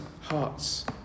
hearts